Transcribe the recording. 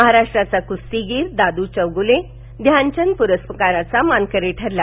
महाराष्ट्राचा कुस्तीगीर दादू चौगुले ध्यानचंद पुरस्काराचा मानकरी ठरला